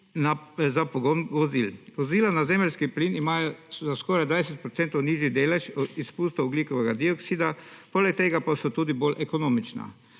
za pogon vozil. Vozila na zemeljski plin imajo so za skoraj 20 % nižji delež izpustov ogljikovega dioksida poleg tega pa so tudi bolj ekonomična.